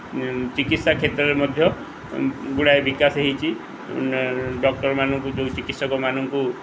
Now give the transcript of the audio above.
ଚିକିତ୍ସା କ୍ଷେତ୍ରରେ ମଧ୍ୟ ଗୁଡ଼ାଏ ବିକାଶ ହୋଇଛି ଡକ୍ଟରମାନଙ୍କୁ ଯେଉଁ ଚିକିତ୍ସକମାନଙ୍କୁ